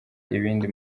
ibindi